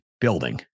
building